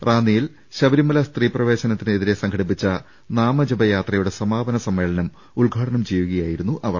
റാന്നിയിൽ ശബരിമല സ്ത്രീ പ്രവേശനത്തിന് എതിരെ സംഘടിപ്പിച്ച നാമജപയാത്രയുടെ സമാപന സമ്മേളനം ഉദ്ഘാടനം ചെയ്യുകയായിരുന്നു അവർ